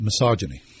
misogyny